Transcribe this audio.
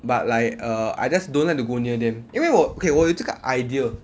but like err I just don't like to go near them 因为我 okay 我有这个 idea